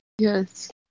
Yes